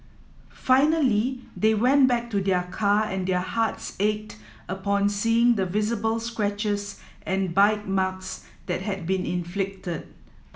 finally they went back to their car and their hearts ached upon seeing the visible scratches and bite marks that had been inflicted